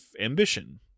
ambition